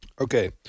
Okay